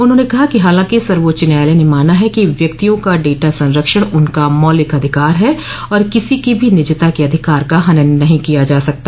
उन्होंने कहा कि हालांकि सवाच्च न्यायालय ने माना है कि व्यक्तियों का डेटा संरक्षण उनका मौलिक अधिकार है और किसी के भी निजता के अधिकार का हनन नहीं किया जा सकता